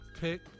pick